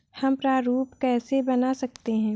हम प्रारूप कैसे बना सकते हैं?